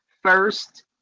first